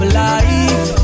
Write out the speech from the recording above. life